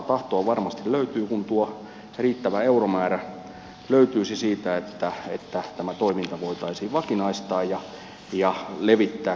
tahtoa varmasti löytyy kun tuo riittävä euromäärä löytyisi siihen että tämä toiminta voitaisiin vakinaistaa ja levittää koko maahan